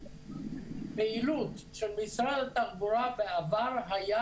והפעילות של משרד התחבורה בעבר הייתה